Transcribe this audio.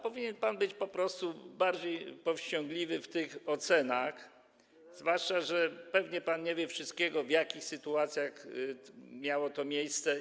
Powinien pan być po prostu bardziej powściągliwy w tych ocenach, zwłaszcza że pewnie pan nie wie wszystkiego o tym, w jakich sytuacjach miało to miejsce.